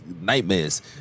nightmares